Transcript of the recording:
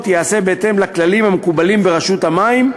ייעשה בהתאם לכללים המקובלים ברשות המים,